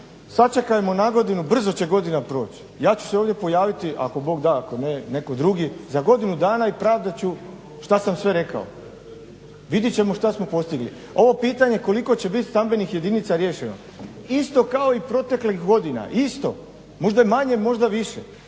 sačekajmo nagodinu, brzo će godina proći, ja ću se ovdje pojaviti ako Bog da, ako ne netko drugi, za godinu dana i pravdat ću što sam sve rekao. Vidjet ćemo što smo postigli. Ovo pitanje koliko će biti stambenih jedinica riješeno, isto kao i proteklih godina, isto. Možda manje, možda više.